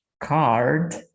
card